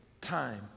time